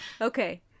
Okay